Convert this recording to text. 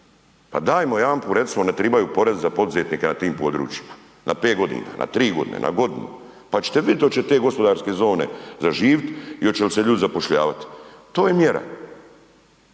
pa dajmo jedanput recimo ne tribaju porezi za poduzetnike na tim područjima, na 5 godina, na 3 godine, na godinu, pa čete vidjet oće te gospodarske zone zaživit i oće li se ljudi zapošljavati. To je mjera.